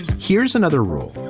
here's another rule.